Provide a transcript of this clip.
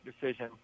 decision